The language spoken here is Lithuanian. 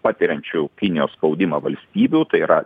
patiriančių kinijos spaudimą valstybių tai yra